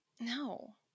No